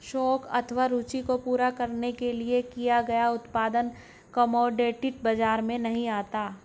शौक अथवा रूचि को पूरा करने के लिए किया गया उत्पादन कमोडिटी बाजार में नहीं आता